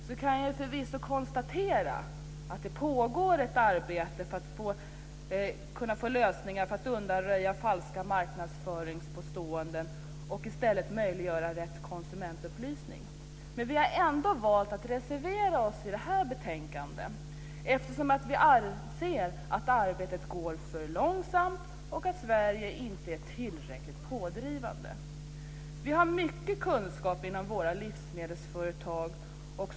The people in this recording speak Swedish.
Jag kan förvisso konstatera att det pågår ett arbete för att undanröja falska marknadsföringspåståenden och i stället möjliggöra riktig konsumentupplysning. Vi har ändå valt att reservera oss, eftersom vi anser att arbetet går för långsamt och att Sverige inte är tillräckligt pådrivande. Vi har mycket kunskap inom våra livsmedelsföretag.